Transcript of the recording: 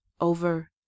Over